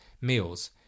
meals